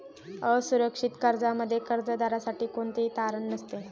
असुरक्षित कर्जामध्ये कर्जदारासाठी कोणतेही तारण नसते